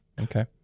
Okay